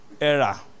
era